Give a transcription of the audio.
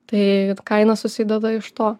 tai kaina susideda iš to